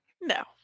No